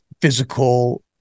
physical